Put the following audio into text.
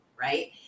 right